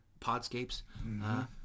Podscapes